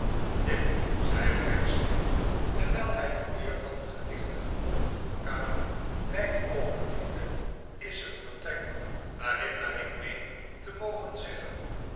dit zei pecksniff terwijl hij de deur van de gewichtige bovenvoorkamer wijd openduwde is een vertrek waarin naar ik meen te mogen zeggen